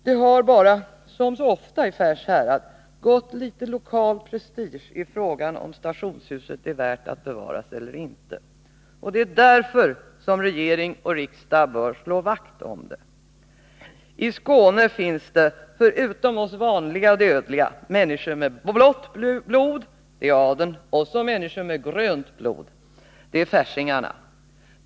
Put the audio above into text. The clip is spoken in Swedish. Det har bara, som så ofta i Färs härad, gått litet lokal prestige i frågan om stationshuset är värt att bevaras eller inte. Därför bör regering och riksdag slå vakt om det. I Skåne finns det — förutom oss vanliga dödliga — människor med blått blod, adeln, och så människor med grönt blod, färsingarna.